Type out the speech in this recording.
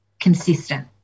consistent